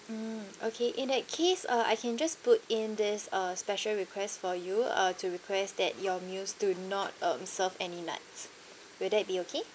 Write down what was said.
mm okay in that case uh I can just put in this uh special request for you uh to request that your meals do not um serve any nuts will that be okay